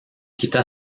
quitta